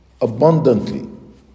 abundantly